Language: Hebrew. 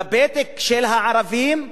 בפתק של הערבים,